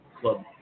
club